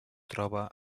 troba